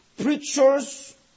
Preachers